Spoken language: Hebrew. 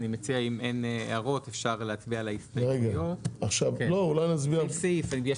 אני מציע שאם אין הערות אפשר להצביע על ההסתייגויות סעיף סעיף.